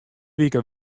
wike